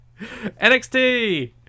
NXT